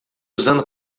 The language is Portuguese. usando